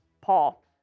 Paul